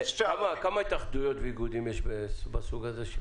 כמה התאחדויות ואיגודים יש בסוג הזה?